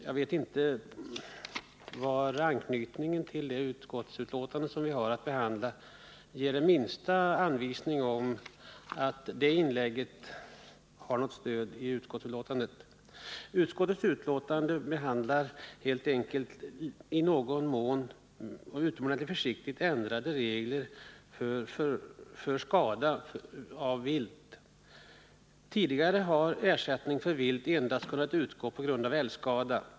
Jag vet inte var anknytningen finns till det utskottsbetänkande som vi nu har att behandla. Jag kan inte hitta ens den minsta anvisning om att detta inlägg har något stöd i det betänkandet. Utskottets betänkande behandlar helt enkelt — i någon mån och utomordentligt försiktigt — ändrade regler för skada förorsakad av vilt. Tidigare har ersättning för viltskador endast kunnat utgå på grund av älgskada.